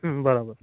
बराबर